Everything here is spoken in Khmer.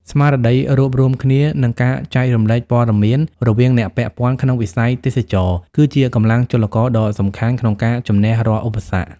ស្មារតីរួបរួមគ្នា និងការចែករំលែកព័ត៌មានរវាងអ្នកពាក់ព័ន្ធក្នុងវិស័យទេសចរណ៍ គឺជាកម្លាំងចលករដ៏សំខាន់ក្នុងការជំនះរាល់ឧបសគ្គ។